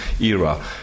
era